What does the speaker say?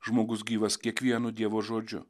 žmogus gyvas kiekvienu dievo žodžiu